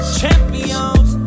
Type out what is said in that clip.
champions